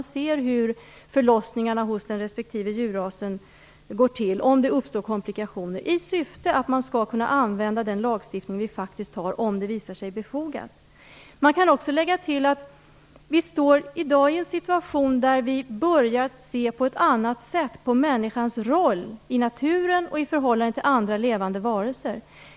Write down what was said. Man ser hur förlossningarna hos respektive djurraser går till och om det uppstår komplikationer i syfte att kunna använda den lagstiftning vi faktiskt har om det visar sig befogat. Man kan också lägga till att vi i dag har en situation där vi börjar att se på människans roll i naturen och i förhållande till andra levande varelser på ett annat sätt.